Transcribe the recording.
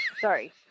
Sorry